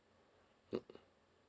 mm